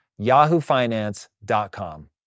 yahoofinance.com